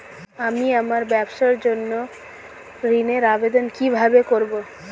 আমি আমার ব্যবসার জন্য ঋণ এর আবেদন কিভাবে করব?